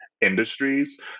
industries